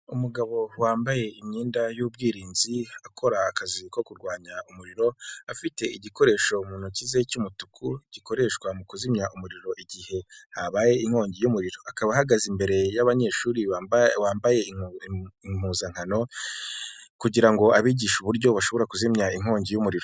Umugabo wambaye imyenda y'ubwirinzi, akora akazi ko kurwanya umuriro afite igikoresho mu ntoki ze cy'umutuku, gikoreshwa mu kuzimya umuriro igihe habaye inkongi y'umuriro. Akaba ahagaze imbere y'abanyeshuri bambaye impuzankano kugira ngo abigishe uburyo bashobora kuzimya inkongi y'umuriro.